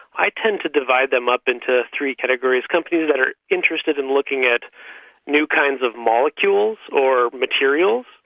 i tend to divide them up into three categories companies that are interested in looking at new kinds of molecules or materials,